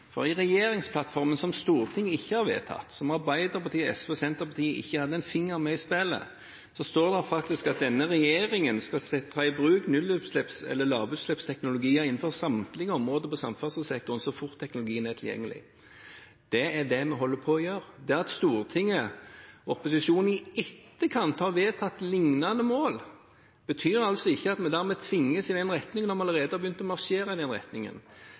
For i regjeringsplattformen, som Stortinget ikke har vedtatt, og der Arbeiderpartiet, SV og Senterpartiet ikke hadde en finger med i spillet, står det at denne regjeringen skal ta i bruk nullutslipps- eller lavutslippsteknologier innenfor samtlige områder på samferdselssektoren så fort teknologien er tilgjengelig. Det er det vi holder på å gjøre. Det at Stortinget og opposisjonen i etterkant har vedtatt liknende mål, betyr ikke at vi dermed tvinges i den retningen, når vi allerede har begynt å marsjere i den retningen.